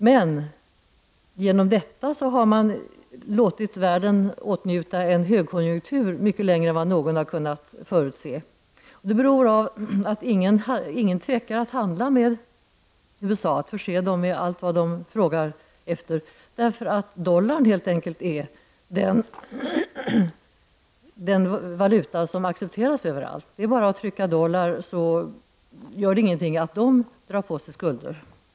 Men genom detta har man låtit världen åtnjuta en högkonjunktur mycket längre än vad någon kunnat förutse. Det beror på att ingen tvekar att handla med USA och att förse landet med allt vad man frågar efter. Dollarn är ju helt enkelt den valuta som accepteras överallt. Det är bara att trycka dollar. Det gör ingenting att man drar på sig skulder.